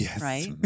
right